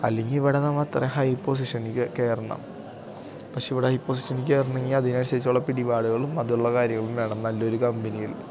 അല്ലെങ്കില് ഇവിടെ നമ്മള് അത്രയും ഹൈ പൊസിഷനില് കയറണം പക്ഷെ ഇവിടെ ഹൈ പൊസിഷനില് കയറണമെങ്കില് അതിനനുസരിച്ചുള്ള പിടിപാടുകളും അതുള്ള കാര്യങ്ങളും വേണം നല്ലൊരു കമ്പനിയിൽ